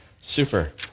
Super